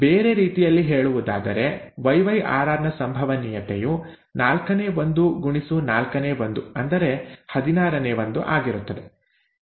ಬೇರೆ ರೀತಿಯಲ್ಲಿ ಹೇಳುವುದಾದರೆ yyrrನ ಸಂಭವನೀಯತೆಯು ¼ x ¼ ಅಂದರೆ 116 ಆಗಿರುತ್ತದೆ